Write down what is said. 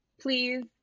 please